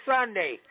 Sunday